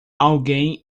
alguém